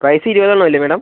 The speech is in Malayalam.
പ്രൈസ് ഇരുപത് എണ്ണമല്ലേ മേഡം